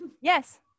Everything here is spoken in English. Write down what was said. Yes